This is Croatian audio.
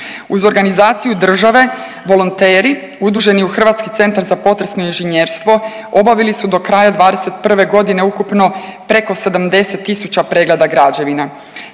Uz organizaciju države volonteri udruženi u Hrvatski centar za potresno inženjerstvo obavili su do kraja '21. godine ukupno preko 70.000 pregleda građevina.